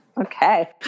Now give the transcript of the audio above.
Okay